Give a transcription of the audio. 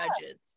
judges